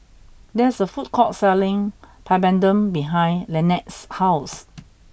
there is a food court selling Papadum behind Lynette's house